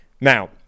now